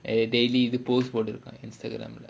daily இது:ithu post போடுது:poduthu Instagram lah